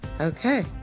Okay